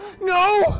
no